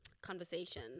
conversation